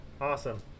awesome